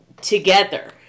together